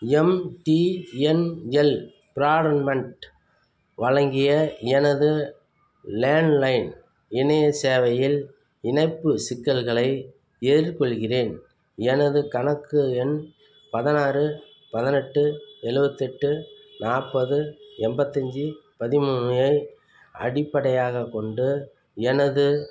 MTNL broadband வழங்கிய எனது landline இணையச் சேவையில் இணைப்புச் சிக்கல்களை எதிர்கொள்கிறேன் எனது கணக்கு எண் பதினாறு பதினெட்டு எ எழுவத்தெட்டு நாற்பது எண்பத்தஞ்சு பதிமூணு ஐ அடிப்படையாகக் கொண்டு எனது